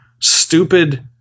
stupid